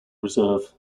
reserve